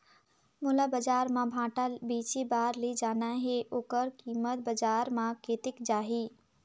मोला बजार मां भांटा बेचे बार ले जाना हे ओकर कीमत बजार मां कतेक जाही?